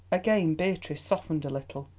again beatrice softened a little.